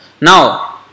Now